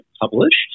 published